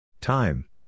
Time